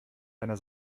deiner